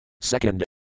Second